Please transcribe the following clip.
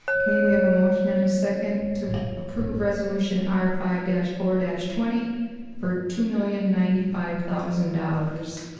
okay, we have a motion and a second to approve resolution r five four twenty for two million ninety five thousand dollars